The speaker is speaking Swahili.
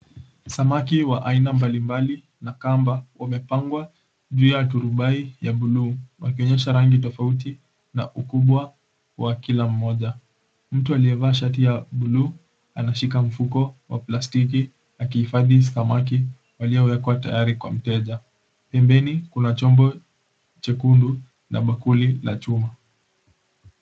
Samaki wa aina mbalimbali na kamba wamepangwa juu ya turubai ya blu wakionyesha rangi tofauti na ukubwa wa kila mmoja. Mtu aliyevaa shati ya blu anashika mfuko wa plastiki akihifadhi samaki waliowekwa tayari kwa mteja pembeni, kuna chombo chekundu na bakuli la chuma.